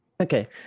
Okay